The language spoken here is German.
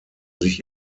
sich